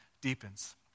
deepens